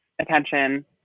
attention